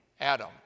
Adam